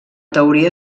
teoria